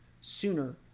sooner